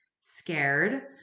scared